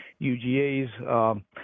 UGA's